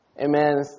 amen